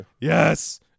Yes